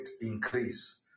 increase